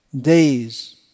days